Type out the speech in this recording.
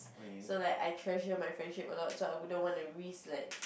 so like I treasure my friendship a lot so I wouldn't want to risk like